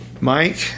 Mike